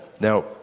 Now